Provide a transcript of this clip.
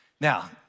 Now